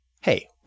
Hey